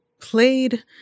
played